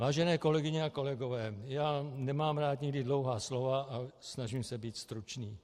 Vážené kolegyně a kolegové, nemám rád nikdy dlouhá slova a snažím se být stručný.